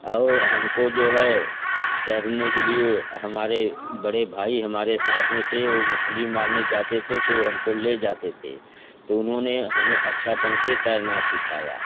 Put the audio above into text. और हम को जो है तैरने के लिए हमारे बड़े भाई हमारे साथ में थे वो मछली मारने जाते थे तो हम को ले जाते थे तो उन्होंने हमें अच्छे ढंग से तैरना सिखाया